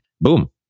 boom